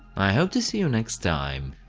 i hope to see you next time,